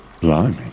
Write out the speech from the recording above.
Blimey